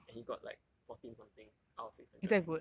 and he got like fourteen something out of six hundred